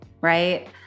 right